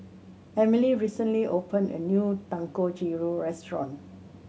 Emily recently opened a new Dangojiru restaurant